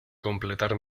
completar